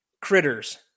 Critters